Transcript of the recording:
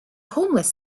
homeless